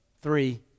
Three